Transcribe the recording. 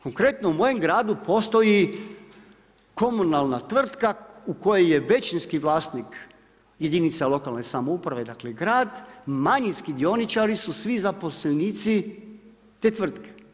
Konkretno, u mojem gradu postoji komunalna tvrtka u kojoj je većinski vlasnik jedinica lokalne samouprave dakle grad, manjinski dioničari su svi zaposlenici te tvrtke.